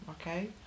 okay